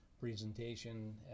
presentation